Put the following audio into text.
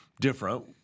different